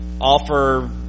offer